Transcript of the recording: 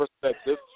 perspective